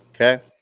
okay